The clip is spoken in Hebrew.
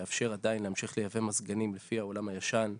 שיאפשר עדיין להמשיך לייבא מזגנים לפי העולם הישן,